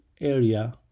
area